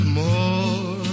more